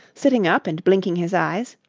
sitting up and blinking his eyes.